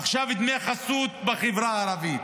עכשיו יש דמי חסות בחברה הערבית,